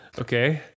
Okay